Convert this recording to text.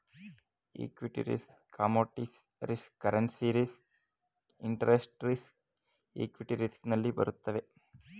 equity risk commodities risk currency risk interest risk equity risk ನಲ್ಲಿ ಬರುತ್ತವೆ